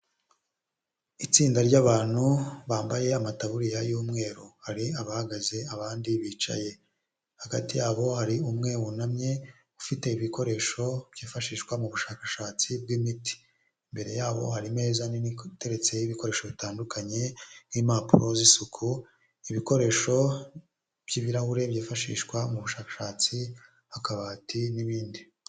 Itsinda ry'abantu bambaye amatabuririya y'umweru hari abahagaze abandi bicaye hagati yabo hari umwe wunamye ufite ibikoresho byifashishwa mu bushakashatsi bw'imiti imbere yabo harimo nini iteretseho ibikoresho bitandukanye nk'impapuro z'isuku, ibikoresho by'ibirahure byifashishwa mu bushakashatsi akabati n'ibindi.